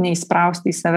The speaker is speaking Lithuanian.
neįsprausti į save